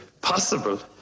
possible